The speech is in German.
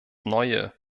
neue